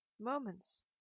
Moments